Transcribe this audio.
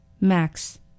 Max